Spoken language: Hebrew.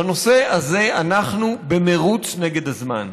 בנושא הזה אנחנו במרוץ נגד הזמן,